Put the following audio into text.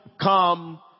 come